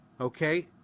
Okay